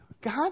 God